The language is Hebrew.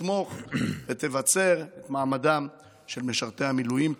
תתמוך ותבצר את מעמדם של משרתי המילואים.